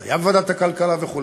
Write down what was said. זה היה בוועדת הכלכלה וכו'.